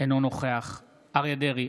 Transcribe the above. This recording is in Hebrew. אינו נוכח אריה מכלוף דרעי,